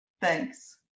Thanks